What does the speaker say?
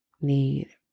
need